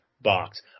box